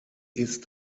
ist